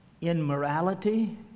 immorality